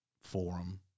Forum